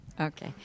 Okay